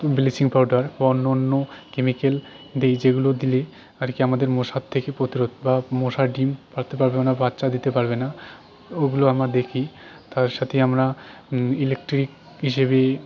bleaching powder বা অন্য অন্য কেমিকেল দিই যেগুলো দিলে আর কি আমাদের মশার থেকে প্রতিরোধ বা মশার ডিম পারতে পারবে না বাচ্চা দিতে পারবে না এবং ওগুলো আমরা দেখি তার সাথেই আমরা ইলেকট্রিক হিসেবেই